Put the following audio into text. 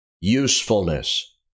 usefulness